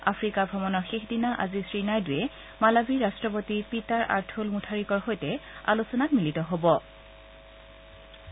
Africa ভ্ৰমণৰ শেষ দিনা আজি শ্ৰীনাইডুৱে মালাবীৰ ৰট্টপতি পিটাৰ আৰ্থুল মুথাৰিকৰ সৈতে আলোচনাত মিলিত হ'ব